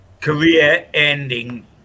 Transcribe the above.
career-ending